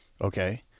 Okay